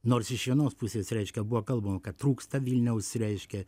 nors iš vienos pusės reiškia buvo kalbama kad trūksta vilniaus reiškia